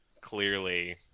clearly